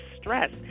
stress